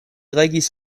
legis